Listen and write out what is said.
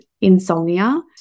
insomnia